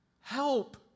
help